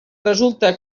resulta